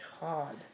God